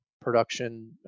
production